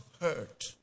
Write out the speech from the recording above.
hurt